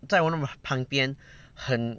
在我们的旁边很